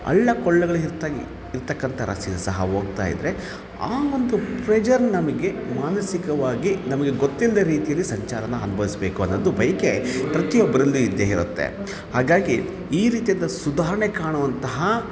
ಹಳ್ಳ ಕೊಳ್ಳಗಳು ಇರ್ತ ಇರ್ತಕ್ಕಂಥ ರಸೆಯಲ್ಲಿ ಸಹ ಹೋಗ್ತಾಯಿದ್ರೆ ಆವೊಂದು ಪ್ರೆಜರ್ ನಮಗೆ ಮಾನಸಿಕವಾಗಿ ನಮಗೆ ಗೊತ್ತಿಲ್ಲದ ರೀತಿಯಲ್ಲಿ ಸಂಚಾರನ ಅನುಭವಿಸ್ಬೇಕು ಅನ್ನೋದು ಬಯಕೆ ಪ್ರತಿಯೊಬ್ಬನಲ್ಲೂ ಇದ್ದೇ ಇರತ್ತೆ ಹಾಗಾಗಿ ಈ ರೀತಿಯಾದ ಸುಧಾರಣೆ ಕಾಣುವಂತಹ